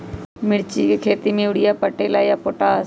मिर्ची के खेती में यूरिया परेला या पोटाश?